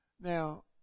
Now